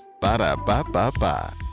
Ba-da-ba-ba-ba